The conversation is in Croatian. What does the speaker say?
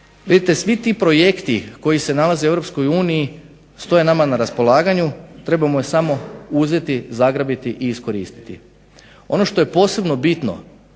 svi ti projekti koji se nalaze u EU stoje nama na raspolaganju trebamo samo uzeti, zagrabiti i iskoristiti. Ono što je posebno bitno